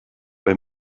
bei